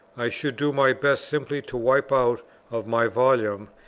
i should do my best simply to wipe out of my volume,